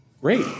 Great